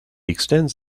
extends